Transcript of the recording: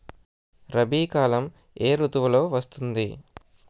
రబీ కాలం ఏ ఋతువులో వస్తుంది?